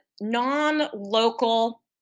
non-local